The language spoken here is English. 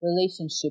relationship